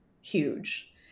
huge